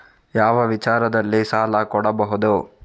ಯಾವ ವಿಚಾರದಲ್ಲಿ ಸಾಲ ಕೊಡಬಹುದು?